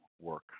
work